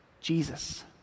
Jesus